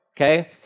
Okay